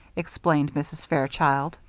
explained mrs. fairchild.